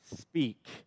speak